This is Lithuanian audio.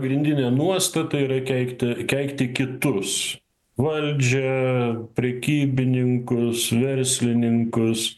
pagrindinė nuostata yra keikti keikti kitus valdžią prekybininkus verslininkus